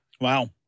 Wow